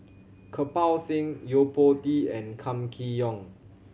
Kirpal Singh Yo Po Tee and Kam Kee Yong